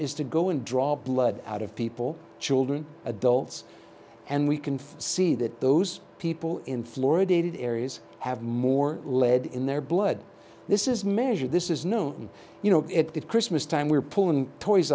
is to go and draw blood out of people children adults and we can see that those people in florida aided areas have more lead in their blood this is measured this is known you know it christmas time we're pulling toys